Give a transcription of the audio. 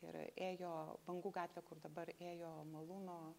ir ėjo bangų gatvė kur dabar ėjo malūno